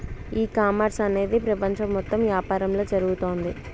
ఈ కామర్స్ అనేది ప్రపంచం మొత్తం యాపారంలా జరుగుతోంది